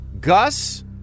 Gus